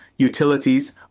utilities